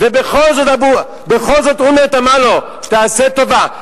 ובכל זאת אולמרט אמר לו: תעשה טובה.